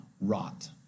rot